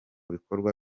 bikorwa